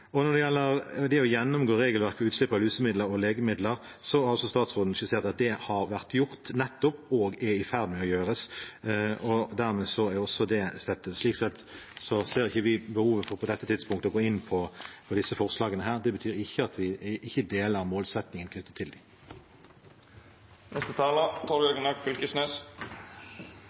gjelder det å gjennomgå regelverket og utslipp lusemidler og legemidler, har statsråden skissert at det har vært gjort nettopp og er i ferd med å gjøres. Dermed er også det stettet. Slik sett ser ikke vi behovet på dette tidspunktet for å gå inn for disse forslagene her. Det betyr ikke at vi ikke deler målsettingen knyttet til